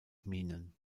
minen